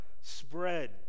spread